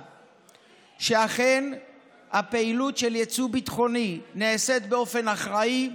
שאכן פעילות היצוא הביטחוני נעשית באופן אחראי,